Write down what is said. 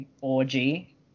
orgy